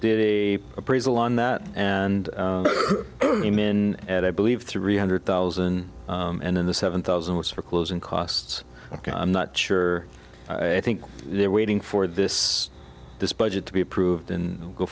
a appraisal on that and i'm in at i believe three hundred thousand and then the seven thousand which for closing costs ok i'm not sure i think they're waiting for this this budget to be approved and go